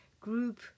group